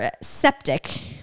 septic